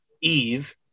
Eve